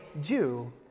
Jew